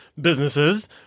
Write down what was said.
businesses